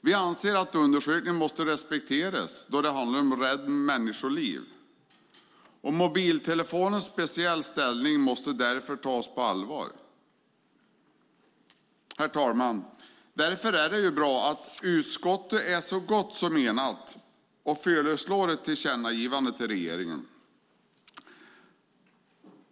Vi anser att gjorda undersökningar måste respekteras eftersom det handlar om att rädda människoliv. Mobiltelefonens speciella ställning måste därför tas på allvar. Herr talman! Därför är det bra att utskottet är så gott som enigt och föreslår ett tillkännagivande till regeringen.